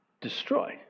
destroy